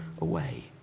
away